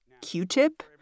Q-tip